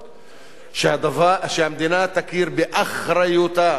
שהמדינה תכיר באחריותה הפוליטית,